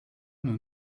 nos